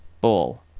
ball